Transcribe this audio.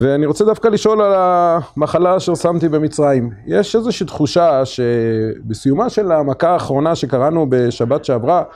ואני רוצה דווקא לשאול על המחלה ששמתי במצרים. יש איזושהי תחושה שבסיומה של המכה האחרונה שקראנו בשבת שעברה,